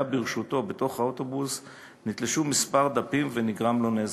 ברשותו בתוך האוטובוס נתלשו כמה דפים ונגרם לו נזק.